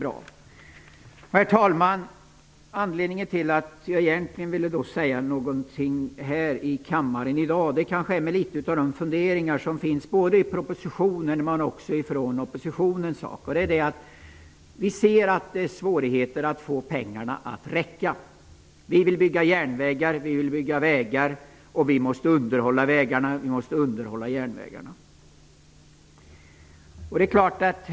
Den främsta anledningen till att jag ville säga några ord här i kammaren i dag är vissa funderingar som framförts dels i propositionen, dels från oppositionen. Vi kan se att det är svårt att få pengarna att räcka. Vi vill bygga järnvägar och vägar, och vi måste underhålla de järnvägar och vägar som vi har.